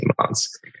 months